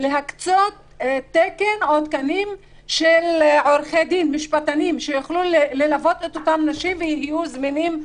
להקצות תקנים של משפטנים שיוכלו ללוות את אותן נשים ויהיו זמינים להן.